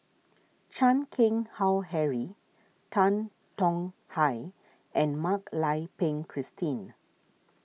Chan Keng Howe Harry Tan Tong Hye and Mak Lai Peng Christine